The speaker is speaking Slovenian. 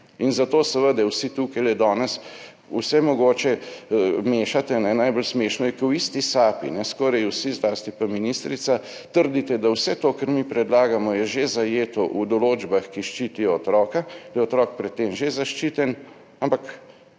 In zato seveda vsi tukajle danes vse mogoče mešate. Najbolj smešno je, ko v isti sapi skoraj vsi, zlasti pa ministrica, trdite, da je vse to, kar mi predlagamo, že zajeto v določbah, ki ščitijo otroka, da je otrok pred tem že zaščiten, ampak